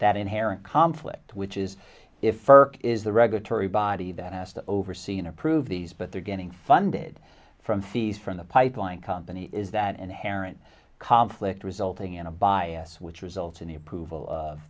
that inherent conflict which is if firk is the regulatory body that has the overseeing approve these but they're getting funded from fees from the pipeline company is that inherent conflict resulting in a bias which results in the approval of